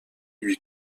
lui